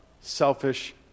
selfish